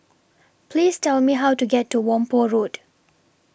Please Tell Me How to get to Whampoa Road